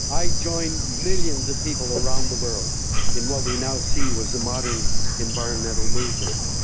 i joined millions of people around the world in what we now see was a modern environmental movement.